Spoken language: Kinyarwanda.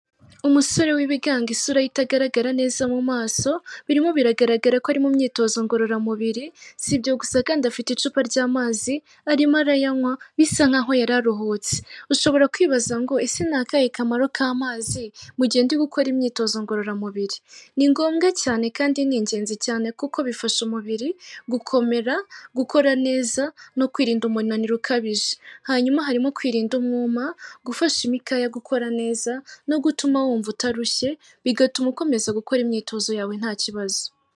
Umusore w'ibigango isura ye itagaragara neza mu maso, birimo biragaragara ko ari mu myitozo ngororamubiri, sibyo gusa kandi afite icupa ry'amazi arimo arayanywa bisa nk'aho yararuhutse. Ushobora kwibaza ngo ese n' akahe akamaro k'amazi mu gihe ndi gukora imyitozo ngororamubiri ? Ni ngombwa cyane kandi ni ingenzi cyane kuko bifasha umubiri gukomera, gukora neza no kwirinda umunaniro ukabije hanyuma harimo kwirinda umwuma, gufasha imikaya gukora neza no gutuma wumva utarushye bigatuma ukomeza gukora imyitozo yawe nta kibazo.